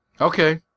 Okay